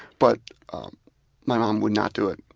but my mom would not do it.